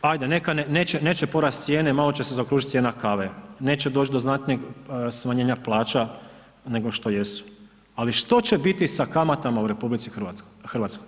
ajde neka neće porasti cijene, malo će se zaokružiti cijena kave neće doći do znatnijeg smanjenja plaća nego što jesu ali što će biti sa kamatama u RH?